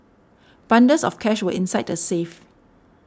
bundles of cash were inside the safe